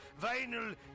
vinyl